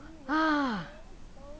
ah